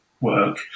work